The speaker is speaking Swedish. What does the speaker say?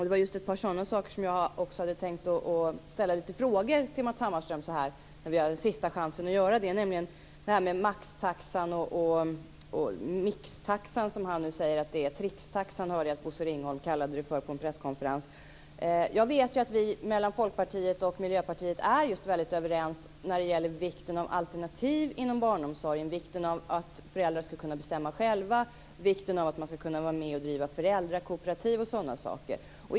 Det är just ett par sådana saker som jag vill ställa lite frågor till Matz Hammarström om när vi nu har sista chansen att göra det, nämligen detta med maxtaxan eller mixtaxan, som han nu säger att det är. Trixtaxan hörde jag Bosse Ringholm kalla den för på en presskonferens. Jag vet att Folkpartiet och Miljöpartiet är väldigt överens när det gäller vikten av alternativ inom barnomsorgen, vikten av att föräldrar ska kunna bestämma själva, vikten av att man ska kunna vara med och driva föräldrakooperativ och sådana saker.